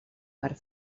part